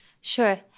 Sure